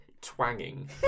twanging